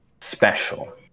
special